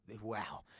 wow